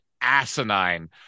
asinine